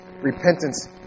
repentance